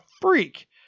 freak